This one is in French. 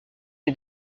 est